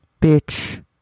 bitch